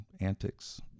Antics